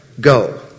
Go